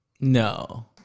no